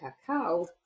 cacao